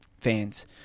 fans